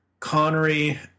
Connery